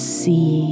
see